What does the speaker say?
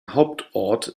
hauptort